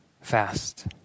fast